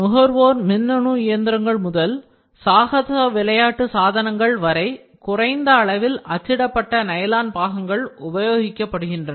நுகர்வோர் மின்னணு இயந்திரங்கள் முதல் சாகச விளையாட்டு சாதனங்கள் வரை குறைந்த அளவில் அச்சிடப்பட்ட நைலான் பாகங்கள் உபயோகிக்கப்படுகின்றன